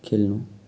खेल्नु